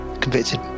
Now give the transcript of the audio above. convicted